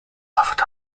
offered